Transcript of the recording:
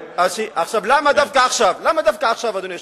למה דווקא עכשיו, אדוני היושב-ראש?